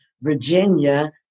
Virginia